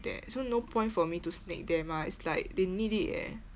that so no point for me to snake them ah it's like they need it eh